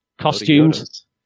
costumes